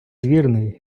вірної